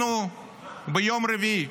אנחנו ביום רביעי,